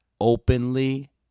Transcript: openly